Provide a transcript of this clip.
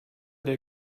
der